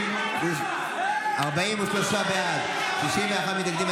43 בעד, 61 מתנגדים.